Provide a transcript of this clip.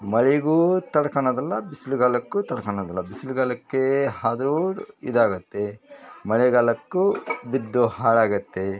ಮಳೆಗೂ ತಡ್ಕಳೋದಿಲ್ಲ ಬಿಸಿಲುಗಾಲಕ್ಕು ತಡ್ಕಳೋದಿಲ್ಲ ಬಿಸ್ಲುಗಾಲಕ್ಕೆ ಅದು ಇದಾಗುತ್ತೆ ಮಳೆಗಾಲಕ್ಕೂ ಬಿದ್ದು ಹಾಳಾಗುತ್ತೆ